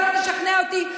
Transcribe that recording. אתה לא תשכנע אותי.